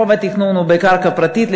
רוב התכנון הוא בקרקע פרטית,